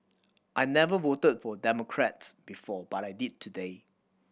I never voted for Democrat before but I did today